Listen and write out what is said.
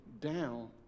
down